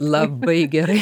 labai gerai